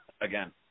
again